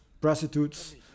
prostitutes